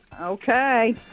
Okay